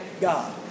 God